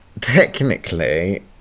technically